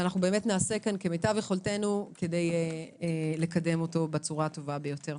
נעשה פה כמיטב יכולתנו כדי לקדמו בצורה הטובה ביותר.